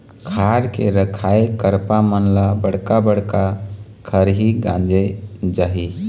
खार के रखाए करपा मन ल बड़का बड़का खरही गांजे जाही